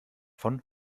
von